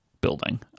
building